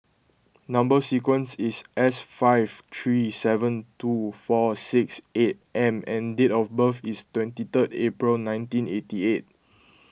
Number Sequence is S five three seven two four six eight M and date of birth is twenty third April nineteen eighty eight